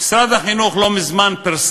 משרד החינוך פרסם